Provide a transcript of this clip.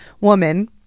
woman